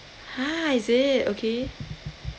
!huh! is it okay